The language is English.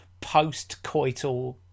post-coital